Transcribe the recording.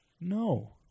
No